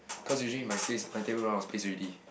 cause usually my space my table run out of space already